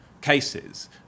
cases